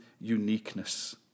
uniqueness